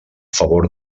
favor